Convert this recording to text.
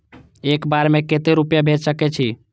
एक बार में केते रूपया भेज सके छी?